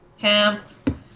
camp